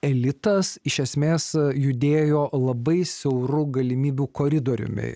elitas iš esmės judėjo labai siauru galimybių koridoriumi